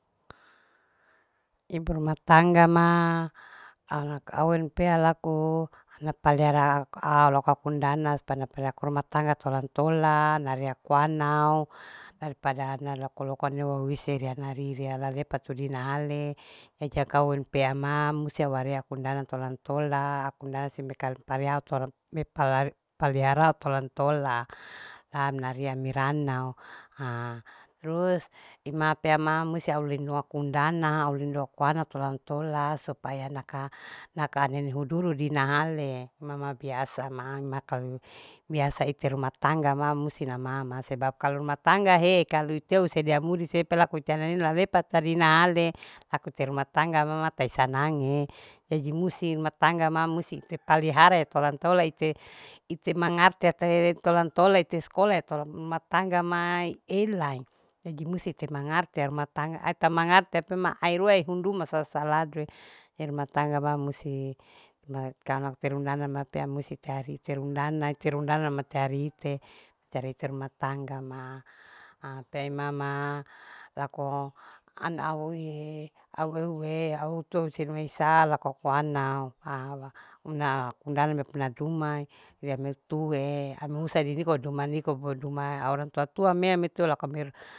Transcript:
Ibu ruma tangga ma alak kawenu pea laku na paliara au laku aku undana supaya aku na ruma tangga tolan tolan aira kuanau daripada nau loko. loko ahuse ria nairi lalepatu dinahale yaja kawenu peama musti au arii aku undana ntola. ntola aku undana sia ama me pelihara au lindung aku ana ntola. tola la ami naari ami ranau ha terus ima peama musti au lindungi aku undana au lindungi aku ana ntola. ntola supaya naka naka anehe huduru di nahale mama biasa ma, ma kalu biasa ite ruma tangga ma musti namama kalu rumah tangga hee kalu ite ue ama yamudi se laku ite anene. anene lalepatu dinahale laku ite ruma tangga mama itahi sanange jadi musti ruma tangga ma musti ite pelihara ya ntola. ntola ite ite mangarti ate tolan tole ite sakola to ruma tangga ma elai jadi musti ite mangrti ya ruma tangga ai ita mangarti ya au tue au handuma sakadu jadi rumah tangga ma musti ite arii iter unda iter undana mati arii ite. ite arii ite ruma tamgga ma hapea imama laku au eue tua ama duma haana hisa laku aku anau ha aku undana me pana duma ria ami eu tue ami husa hidi duma yan me tue ameuse niko orang tua. tuame mi eu tue